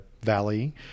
Valley